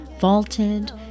vaulted